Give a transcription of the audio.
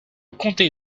comté